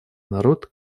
народ